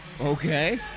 Okay